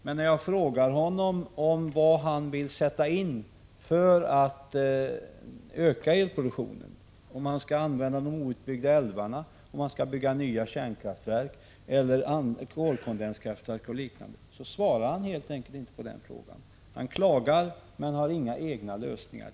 Men när jag frågar honom vad han vill sätta in för att öka elproduktionen, om han skall använda de outbyggda älvarna, om han skall bygga nya kärnkraftverk eller kolkondenskraftverk och liknande, svarar han helt enkelt inte. Han klagar, men har inga egna lösningar.